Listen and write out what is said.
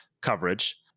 coverage